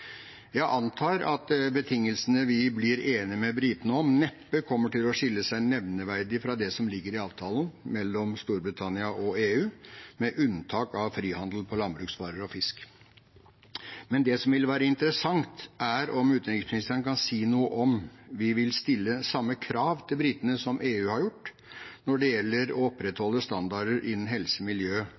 Jeg antar at betingelsene vi blir enige med britene om, neppe kommer til å skille seg nevneverdig fra det som ligger i avtalen mellom Storbritannia og EU, med unntak av frihandel på landbruksvarer og fisk. Det som vil være interessant, er om utenriksministeren kan si noe om vi vil stille samme krav til britene som EU har gjort når det gjelder å opprettholde standarder innen helse,